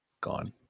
gone